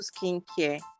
skincare